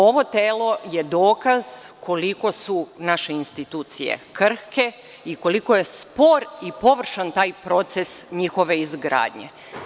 Ovo telo je dokaz koliko su naše institucije krhke i koliko je spor i površan taj proces njihove izgradnje.